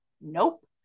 nope